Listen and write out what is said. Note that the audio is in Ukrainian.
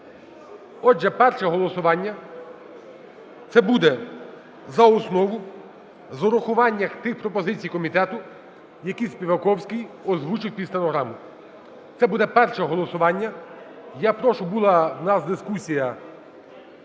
Отже, перше голосування це буде за основу з урахуванням тих пропозицій комітету, які Співаковський озвучив під стенограму. Це буде перше голосування. Я прошу, була в нас дискусія,